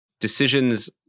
decisions